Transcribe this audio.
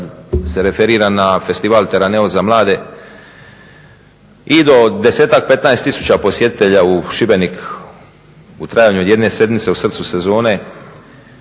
se referira na festival Teraneo za mlade i do desetak, petnaest tisuća posjetitelja u Šibenik, u trajanju od jedne sedmice, u srcu sezone.